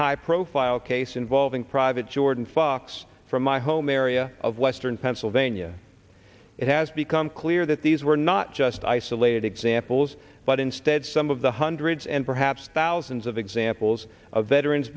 high profile case involving private jordon fox from my home area of western pennsylvania it has become clear that these were not just isolated examples but instead some of the hundreds and perhaps thousands of examples of veterans